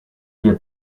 wie